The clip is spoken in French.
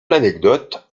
l’anecdote